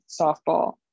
softball